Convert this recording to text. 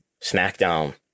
SmackDown